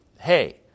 hey